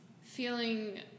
feeling